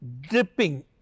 dripping